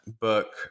book